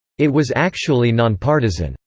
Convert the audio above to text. it was actually nonpartisan.